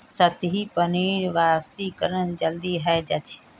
सतही पानीर वाष्पीकरण जल्दी हय जा छे